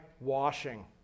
washing